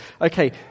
Okay